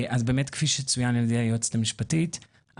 כפי שצוין על-ידי היועצת המשפטית,